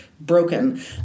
broken